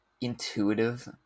intuitive